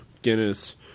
Guinness